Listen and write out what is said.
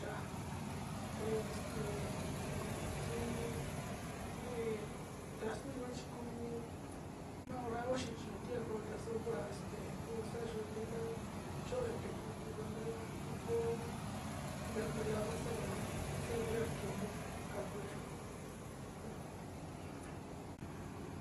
ya´a te ja ntaka nte´e yara nu tuka nti´i kao te ku sa´ao in te´e ko´oyo o sa´ayo in javixi kayo.